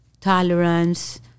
tolerance